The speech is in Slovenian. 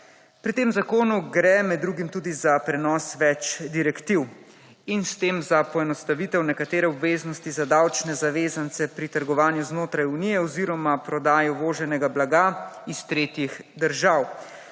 Pri tem zakonu gre med drugim tudi za prenos več direktiv in s tem za poenostavitev nekatere obveznosti za davčne zavezance pri trgovanju znotraj unije oziroma prodaji uvoženega blaga iz tretjih držav.